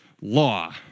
law